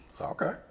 Okay